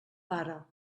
pare